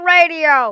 Radio